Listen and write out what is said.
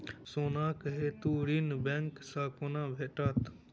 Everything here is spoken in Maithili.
सोनाक हेतु ऋण बैंक सँ केना भेटत?